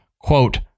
quote